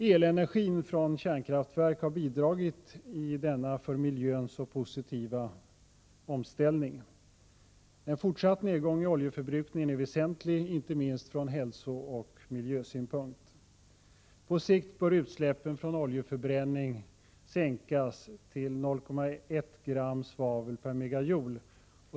Elenergin från våra kärnkraftverk har bidragit i denna för miljön så positiva omställning. En fortsatt nedgång i oljeförbrukningen är väsentlig inte minst från hälsooch miljösynpunkt. På sikt bör utsläppen från oljeförbränning sänkas till 0,1 gram svavel per megajoule.